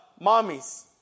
mommies